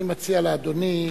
אני מציע לאדוני,